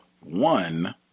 One